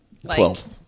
Twelve